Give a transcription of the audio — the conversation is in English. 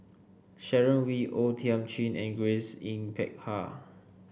Sharon Wee O Thiam Chin and Grace Yin Peck Ha